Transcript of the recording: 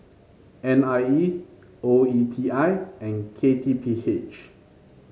N I E O E T I and K T P H